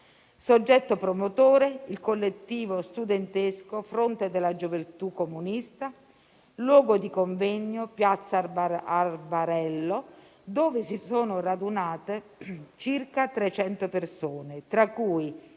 soggetto promotore il collettivo studentesco Fronte della gioventù comunista; luogo di convegno piazza Arbarello, dove si sono radunate circa 300 persone, tra cui,